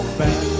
back